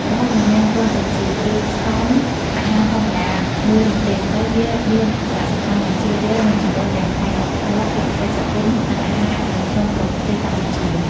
ប្រហុកមិនមែនគ្រាន់តែជាគ្រឿងផ្សំអាហារធម្មតាមួយនោះទេ ប៉ុន្តែវាមានសារៈសំខាន់យ៉ាងជ្រាលជ្រៅ និងចម្រុះទាំងផ្នែកវប្បធម៌ សេដ្ឋកិច្ច សង្គម និងអាហារនៅក្នុងប្រទេសកម្ពុជា។